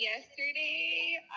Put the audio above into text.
yesterday